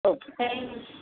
okay thank you